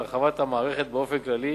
להרחבת המערכת באופן כללי